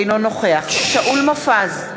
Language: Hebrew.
אינו נוכח שאול מופז,